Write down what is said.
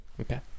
okay